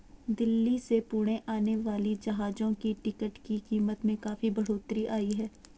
दिल्ली से पुणे आने वाली जहाजों की टिकट की कीमत में काफी बढ़ोतरी आई है